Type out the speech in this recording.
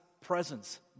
presence